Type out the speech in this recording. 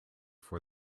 for